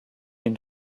une